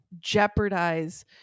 jeopardize